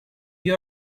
you